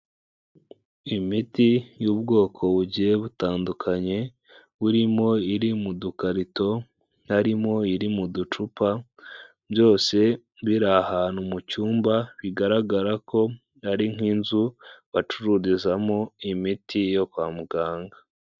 Imiti y'ubwoko bugiye butandukanye burimo iri mu dukarito, harimo iri mu ducupa byose biri ahantu mu cyumba bigaragara ko ari nk'inzu wacururizamo imiti yo kwa muganga.